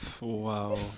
Wow